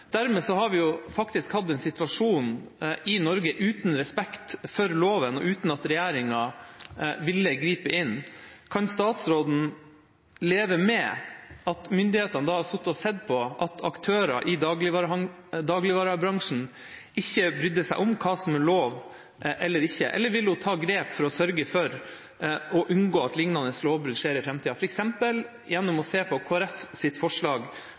Dermed har vi faktisk hatt en situasjon i Norge uten respekt for loven og uten at regjeringa vil gripe inn. Kan statsråden leve med at myndighetene har sittet og sett på at aktører i dagligvarebransjen ikke bryr seg om hva som er lov eller ikke, eller vil hun ta grep for å sørge for å unngå at liknende lovbrudd skjer i framtida, f.eks. gjennom å se på Kristelig Folkepartis forslag